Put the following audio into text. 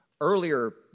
Earlier